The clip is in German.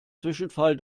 zwischenfall